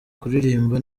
kuririmba